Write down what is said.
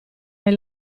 hai